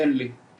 אין לי כרגע.